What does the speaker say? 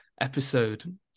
episode